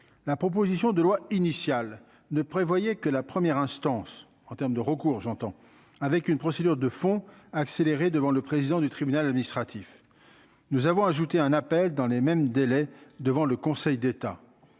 la proposition de loi initial ne prévoyait que la première instance en terme de recours j'entends avec une procédure de fond accélérer devant le président du tribunal administratif, nous avons ajouté un appel dans les mêmes délais devant le Conseil d'État,